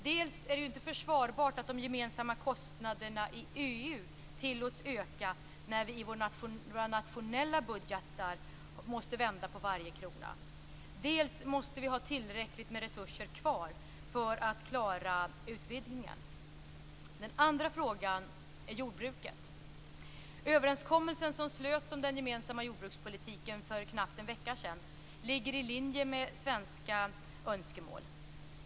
Dels är det inte försvarbart att de gemensamma kostnaderna i EU tillåts öka när vi i våra nationella budgetar måste vända på varje krona, dels måste vi ha tillräckligt med resurser kvar för att klara utvidgningen. Den andra frågan är jordbruket. Den överenskommelse som slöts för knappt en vecka sedan om den gemensamma jordbrukspolitiken ligger i linje med svenska önskemål.